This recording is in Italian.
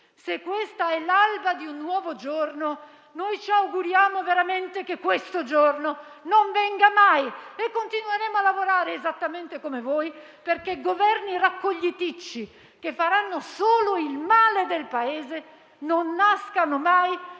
se questa è l'alba di un nuovo giorno, noi ci auguriamo veramente che questo giorno non venga mai e continueremo a lavorare esattamente come voi perché Governi raccogliticci, che faranno solo il male del Paese, non nascano mai